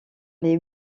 les